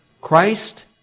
Christ